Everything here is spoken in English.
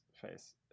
face